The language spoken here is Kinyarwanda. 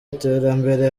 iterambere